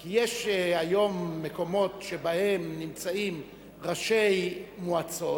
כי יש היום מקומות שבהם נמצאים ראשי מועצות